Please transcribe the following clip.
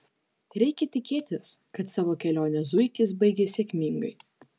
reikia tikėtis kad savo kelionę zuikis baigė sėkmingai